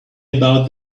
about